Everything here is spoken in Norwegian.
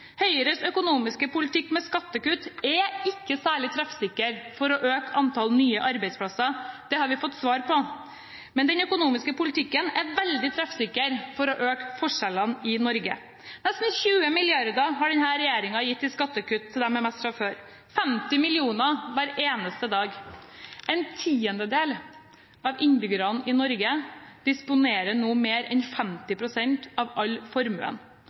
Høyres økonomiske politikk med skattekutt er ikke særlig treffsikker for å øke antallet nye arbeidsplasser, det har vi fått svar på, men den økonomiske politikken er veldig treffsikker for å øke forskjellene i Norge. Nesten 20 mrd. kr har denne regjeringen gitt i skattekutt til dem med mest fra før, 50 mill. kr hver eneste dag. En tiendedel av innbyggerne i Norge disponerer nå mer enn 50 pst. av all formuen.